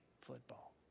football